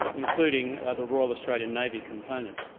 including the royal australian navy component.